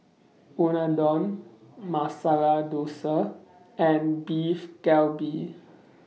Unadon Masala Dosa and Beef Galbi